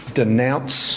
denounce